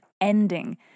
ending